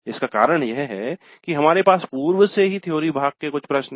इसका कारण यह है कि हमारे पास पूर्व से ही थ्योरी भाग के कुछ प्रश्न हैं